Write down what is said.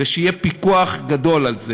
ושיהיה על זה